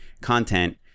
content